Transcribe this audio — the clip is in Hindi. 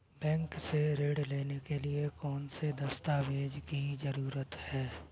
बैंक से ऋण लेने के लिए कौन से दस्तावेज की जरूरत है?